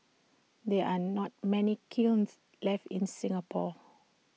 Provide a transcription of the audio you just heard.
there are not many kilns left in Singapore